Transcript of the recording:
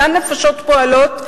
אותן נפשות פועלות,